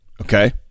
okay